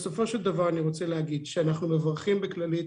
בסופו של דבר אני רוצה להגיד שאנחנו מברכים בכללית